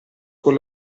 con